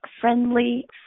friendly